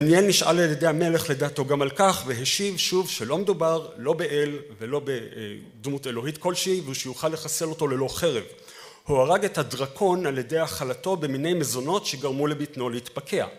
מעניין נשאל על ידי המלך לדעתו גם על כך והשיב שוב שלא מדובר לא באל ולא בדמות אלוהית כלשהי ושיוכל לחסל אותו ללא חרב. הוא הרג את הדרקון על ידי אכלתו במיני מזונות שגרמו לביתנו להתפקע.